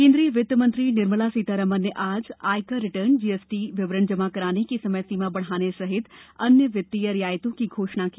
केन्द्रीय वित्त मंत्री निर्मला सीतारमण ने आज आयकर रिटर्न जीएसटी विवरण जमा कराने की समयसीमा बढ़ाने सहित अन्य वित्तीय रियायतों की घोषणा की